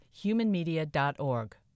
humanmedia.org